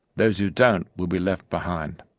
those who don't will be left behind.